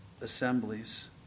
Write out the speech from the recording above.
assemblies